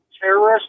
terrorist